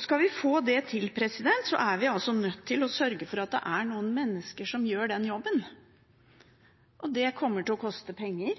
Skal vi få det til, er vi nødt til å sørge for at det er noen mennesker som gjør den jobben, og det kommer til å koste penger